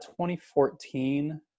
2014